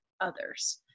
others